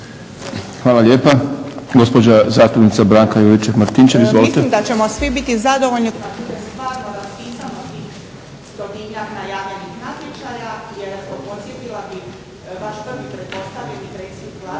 Hvala lijepa. Gospođa zastupnica Branka Juričev-Martinčev. Izvolite.